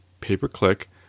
pay-per-click